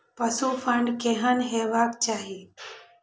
पशु शेड केहन हेबाक चाही?